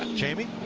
jamie.